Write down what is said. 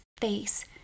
face